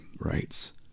writes